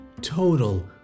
total